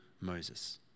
Moses